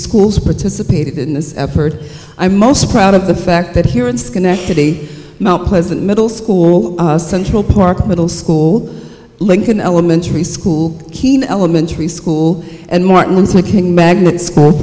schools participated in this effort i'm most proud of the fact that here in schenectady mt pleasant middle school central park middle school lincoln elementary school keene elementary school and martin's making magnet school